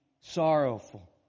sorrowful